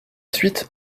suite